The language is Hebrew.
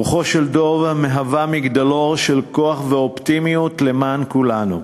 רוחו של דב מהווה מגדלור של כוח ואופטימיות למען כולנו,